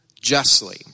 justly